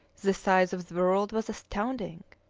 the size of the world was astounding.